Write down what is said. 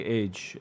age